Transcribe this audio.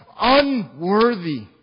unworthy